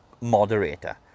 moderator